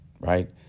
right